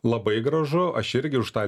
labai gražu aš irgi už tą